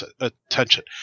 attention